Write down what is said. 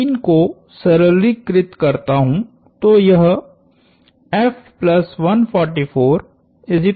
मैं 3 को सरलीकृत करता हु तो यह है